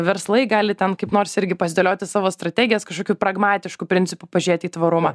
verslai gali ten kaip nors irgi pasidėlioti savo strategijas kažkokiu pragmatišku principu pažiūrėt į tvarumą